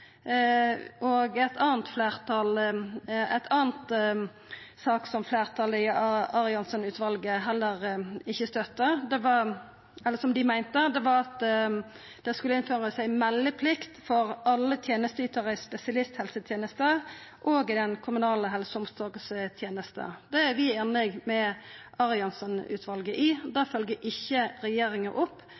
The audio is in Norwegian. ikkje eit fleirtal i Arianson-utvalet. Noko anna som fleirtalet i Arianson-utvalet meinte, var at det skulle innførast ei meldeplikt for alle tenesteytarar i spesialisthelsetenesta og i den kommunale helse- og omsorgstenesta. Det er vi einig med Arianson-utvalet i. Det følgjer regjeringa ikkje opp.